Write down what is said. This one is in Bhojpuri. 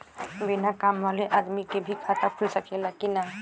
बिना काम वाले आदमी के भी खाता खुल सकेला की ना?